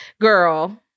Girl